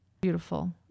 Beautiful